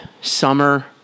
Summer